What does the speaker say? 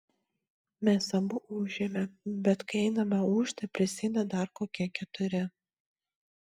mes abu ūžėme bet kai einame ūžti prisėda dar kokie keturi